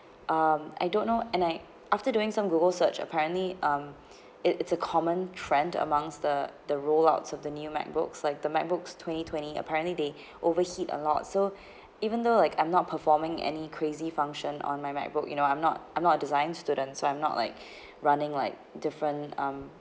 um I don't know and I after doing some google search apparently um it it's a common trend amongst the the roll outs of the new macbooks like the macbooks twenty twenty apparently they overheat a lot so even though like I'm not performing any crazy function on my macbook you know I'm not I'm not a design students so I'm not like running like different um